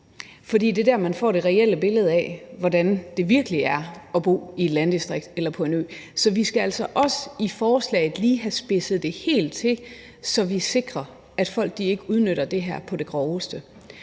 for det er der, man får det reelle billede af, hvordan det virkelig er at bo i et landdistrikt eller på en ø. Så vi skal altså også i forslaget lige have spidset det helt til, så vi sikrer, at folk ikke udnytter det her på det groveste.